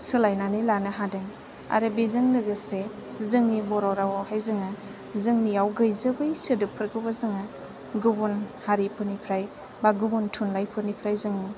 सोलायनानै लानो हादों आरो बिजों लोगोसे जोंनि बर' रावआवहाय जोङो जोंनियाव गैजोबै सोदोबफोरखौबो जोङो गुबुन हारिफोरनिफ्राय बा गुबुन थुनलाइफोरनिफ्राय जोङो